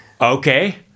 Okay